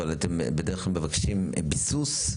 אבל אתם בדרך כלל מבקשים ביסוס,